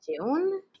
June